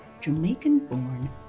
Jamaican-born